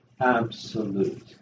absolute